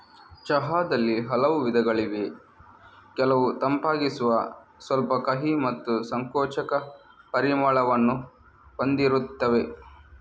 ಚಹಾದಲ್ಲಿ ಹಲವು ವಿಧಗಳಿವೆ ಕೆಲವು ತಂಪಾಗಿಸುವ, ಸ್ವಲ್ಪ ಕಹಿ ಮತ್ತು ಸಂಕೋಚಕ ಪರಿಮಳವನ್ನು ಹೊಂದಿರುತ್ತವೆ